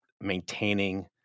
maintaining